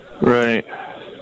right